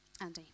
Andy